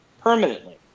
permanently